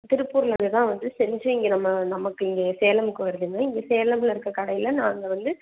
திருப்பூர்லேருந்து தான் வந்து செஞ்சு இங்கே நம்ம நமக்கு இங்கே சேலம்க்கு வருதுங்க இங்கே சேலம்ல இருக்கற கடையில் நாங்கள் வந்து